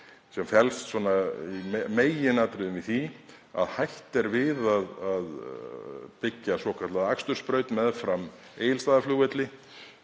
sem felst í meginatriðum í því að hætt er við að byggja svokallaða akstursbraut meðfram Egilsstaðaflugvelli